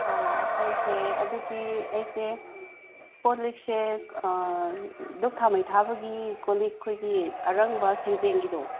ꯑꯣ ꯑꯩꯁꯦ ꯑꯗꯨꯗꯤ ꯑꯩꯁꯦ ꯀꯣꯜ ꯂꯤꯛꯁꯦ ꯗꯨꯛ ꯊꯥꯎꯃꯩ ꯊꯥꯕꯒꯤ ꯀꯣꯜ ꯂꯤꯛ ꯑꯩꯈꯣꯏꯒꯤ ꯑꯔꯪꯕ ꯁꯦꯟꯖꯦꯡꯒꯤꯗꯣ